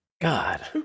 God